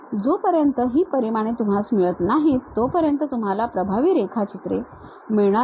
जोपर्यंत ही परिमाणे तुम्हास मिळत नाहीत तोपर्यंत तुम्हाला प्रभावी रेखाचित्र प्रभावी रेखाचित्र मिळणार नाही